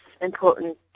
important